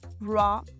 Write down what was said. raw